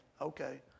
okay